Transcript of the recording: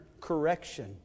correction